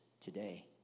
today